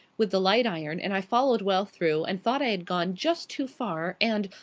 with the light iron, and i followed well through and thought i had gone just too far, and,